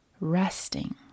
resting